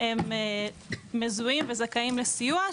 הם מזוהים וזכאים לסיוע,